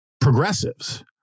progressives